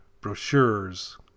brochures